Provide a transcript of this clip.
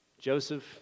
Joseph